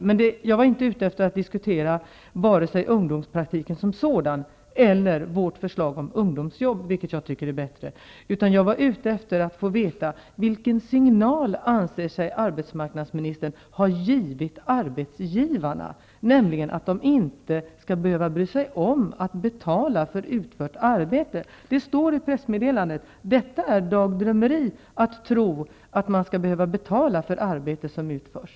Men jag var inte ute efter att diskutera vare sig ungdomspraktiken som sådan eller vårt förslag om ungdomsjobb, vilket jag tycker är bättre, utan jag var ute efter att få veta vilken slutsats arbetsmarknadsministern drar av den signal han har givit arbetsgivarna, nämligen att de inte skall behöva bry sig om att betala för utfört arbete. Det står i pressmeddelandet att det är dagdrömmeri att tro att arbetsgivarna vill betala för arbete som utförs.